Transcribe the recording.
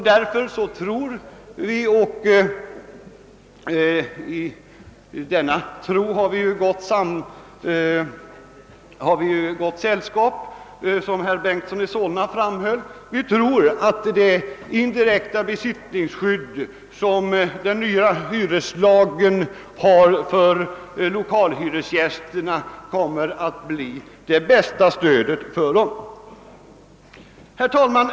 Därför tror vi — och i denna tro har vi gott sällskap, som herr Bengtson i Solna framhöll — att det indirekta besittningsskydd som den nya hyreslagen ger lokalhyresgästerna kommer att bli det bästa stödet för dem. Herr talman!